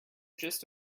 gist